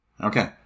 Okay